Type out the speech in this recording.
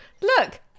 Look